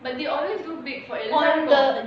but they always do big for எல்லோரும்:ellorum